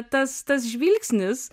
tas tas žvilgsnis